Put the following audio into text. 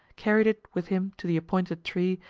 carried it with him to the appointed tree,